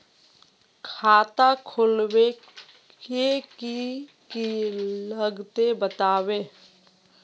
खाता खोलवे के की की लगते बतावे?